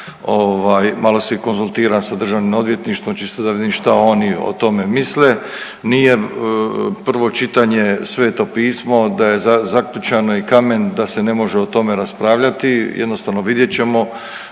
malo se i konzultiram sa Državnim odvjetništvom čisto da vidim šta oni o tome misle. Nije prvo čitanje sveto pismo da je zaključano i kamen da se ne može o tome raspravljati. Jednostavno vidjet ćemo.